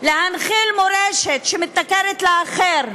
להנחיל מורשת שמתנכרת לאחר,